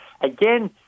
again